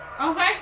Okay